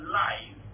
life